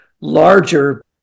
larger